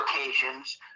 occasions